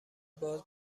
باز